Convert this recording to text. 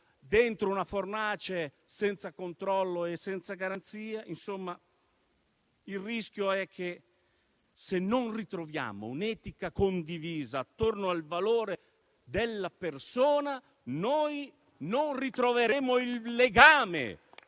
dentro una fornace senza controllo e senza garanzia. Il rischio è che, se non ritroviamo un'etica condivisa attorno al valore della persona, non ritroveremo il legame